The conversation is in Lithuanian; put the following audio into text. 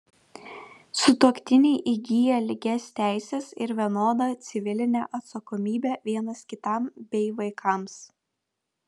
sutuoktiniai įgyja lygias teises ir vienodą civilinę atsakomybę vienas kitam bei vaikams